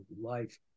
life